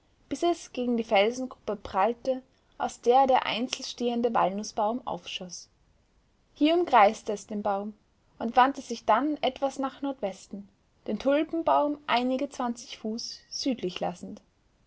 bis es gegen die felsengruppe prallte aus der der einzelstehende walnußbaum aufschoß hier umkreiste es den baum und wandte sich dann etwas nach nordwesten den tulpenbaum einige zwanzig fuß südlich lassend